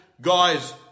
guys